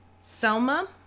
Selma